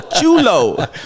Chulo